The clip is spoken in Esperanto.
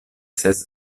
ses